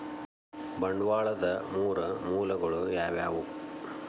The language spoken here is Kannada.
ಬಂಡವಾಳದ್ ಮೂರ್ ಮೂಲಗಳು ಯಾವವ್ಯಾವು?